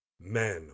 men